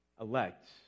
elect